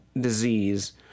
disease